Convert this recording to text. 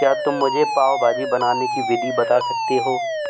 क्या तुम मुझे पाव भाजी बनाने की विधि बता सकते हो